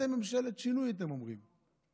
אתם אומרים שאתם ממשלת שינוי, תטפלו.